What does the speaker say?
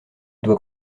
doit